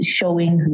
showing